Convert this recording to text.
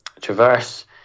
traverse